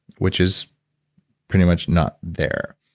which is pretty much not there.